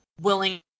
willing